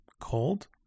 Cold